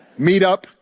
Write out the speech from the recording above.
Meetup